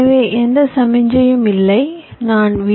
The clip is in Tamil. எனவே எந்த சமிக்ஞையும் இல்லை நான் வி